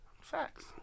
facts